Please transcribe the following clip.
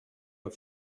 are